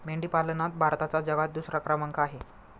मेंढी पालनात भारताचा जगात दुसरा क्रमांक आहे